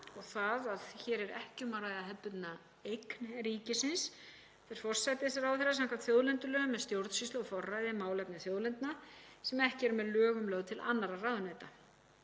og það að hér er ekki um að ræða hefðbundna eign ríkisins. Fer forsætisráðherra samkvæmt þjóðlendulögum með stjórnsýslu og forræði málefna þjóðlendna sem ekki eru með lögum lögð til annarra ráðuneyta.